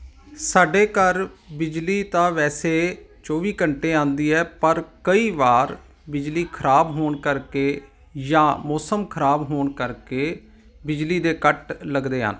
ਸਾਡੇ ਘਰ ਬਿਜਲੀ ਤਾਂ ਵੈਸੇ ਚੌਵੀ ਘੰਟੇ ਆਉਂਦੀ ਹੈ ਪਰ ਕਈ ਵਾਰ ਬਿਜਲੀ ਖਰਾਬ ਹੋਣ ਕਰਕੇ ਜਾਂ ਮੌਸਮ ਖਰਾਬ ਹੋਣ ਕਰਕੇ ਬਿਜਲੀ ਦੇ ਕੱਟ ਲੱਗਦੇ ਹਨ